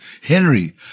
Henry